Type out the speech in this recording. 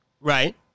Right